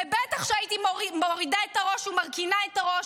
ובטח שהייתי מורידה ומרכינה את הראש,